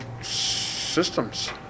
systems